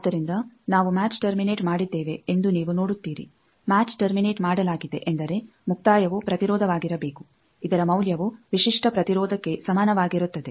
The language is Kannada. ಆದ್ದರಿಂದ ನಾವು ಮ್ಯಾಚ್ ಟರ್ಮಿನೇಟ್ ಮಾಡಿದ್ದೇವೆ ಎಂದು ನೀವು ನೋಡುತ್ತೀರಿ ಮ್ಯಾಚ್ ಟರ್ಮಿನೇಟ್ ಮಾಡಲಾಗಿದೆ ಎಂದರೆ ಮುಕ್ತಾಯವು ಪ್ರತಿರೋಧವಾಗಿರಬೇಕು ಇದರ ಮೌಲ್ಯವು ವಿಶಿಷ್ಟ ಪ್ರತಿರೋಧಕ್ಕೆ ಸಮಾನವಾಗಿರುತ್ತದೆ